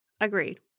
Agreed